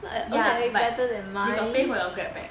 but ya but they got pay for your Grab back